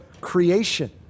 creation